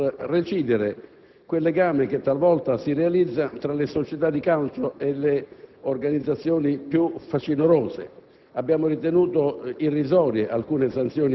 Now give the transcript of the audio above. abbiamo cercato di lavorare fino in fondo per recidere quel legame che talvolta si realizza tra le società di calcio e le organizzazioni più facinorose;